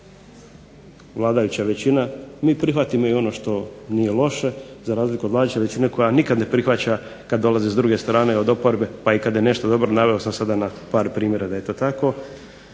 vladajuća većina, mi prihvatimo i ono što nije loše za razliku od vladajuće većine koja nikad ne prihvaća kad dolazi s druge strane od oporbe, pa i kad je nešto dobro, naveo sam sada par primjera da je to tako,